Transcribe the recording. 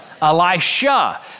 Elisha